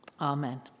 Amen